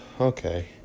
okay